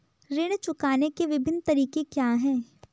ऋण चुकाने के विभिन्न तरीके क्या हैं?